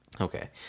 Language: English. okay